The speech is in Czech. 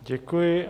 Děkuji.